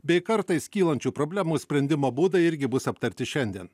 bei kartais kylančių problemų sprendimo būdai irgi bus aptarti šiandien